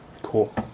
Cool